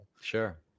Sure